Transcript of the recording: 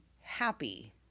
happy